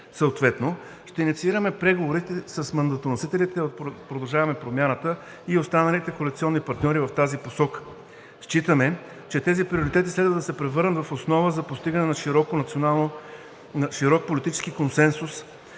Съответно ще инициираме преговорите с мандатоносителите от „Продължаваме Промяната“ и останалите коалиционни партньори в тази посока. Считаме, че тези приоритети следва да се превърнат в основа за постигане на широк политически консенсус,